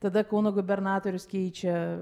tada kauno gubernatorius keičia